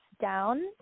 down